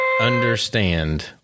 understand